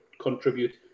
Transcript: contribute